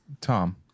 Tom